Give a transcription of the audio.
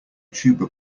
tuba